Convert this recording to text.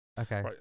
Okay